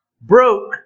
broke